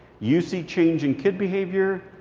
you see change in kid behavior.